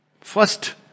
first